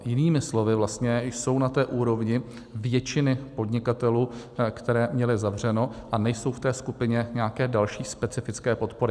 Jinými slovy vlastně jsou na té úrovni většiny podnikatelů, kteří měli zavřeno, a nejsou v té skupině nějaké další specifické podpory.